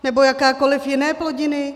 Nebo jakékoliv jiné plodiny?